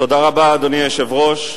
אדוני היושב-ראש,